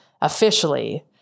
officially